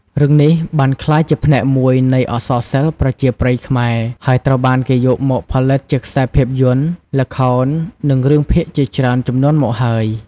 រឿងនេះបានក្លាយជាផ្នែកមួយនៃអក្សរសិល្ប៍ប្រជាប្រិយខ្មែរ ហើយត្រូវបានគេយកមកផលិតជាខ្សែភាពយន្ត ល្ខោន និងរឿងភាគជាច្រើនជំនាន់មកហើយ។